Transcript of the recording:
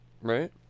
Right